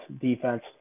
defense